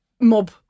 mob